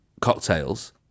cocktails